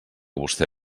vostè